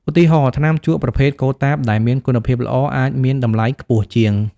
ឧទាហរណ៍ ថ្នាំជក់ប្រភេទកូតាបដែលមានគុណភាពល្អអាចមានតម្លៃខ្ពស់ជាង។